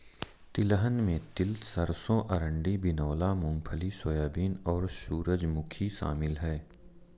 तिलहन में तिल सरसों अरंडी बिनौला मूँगफली सोयाबीन और सूरजमुखी शामिल है